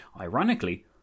Ironically